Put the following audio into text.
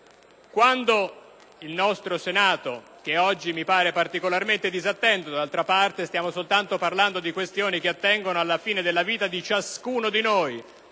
fine vita. Il Senato, che oggi mi pare particolarmente disattento (d'altra parte stiamo soltanto parlando di questioni che attengono alla fine della vita di ciascuno di noi